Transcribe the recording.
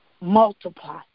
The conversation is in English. multiply